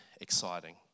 exciting